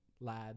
lad